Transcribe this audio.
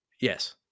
Yes